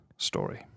Story